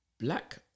black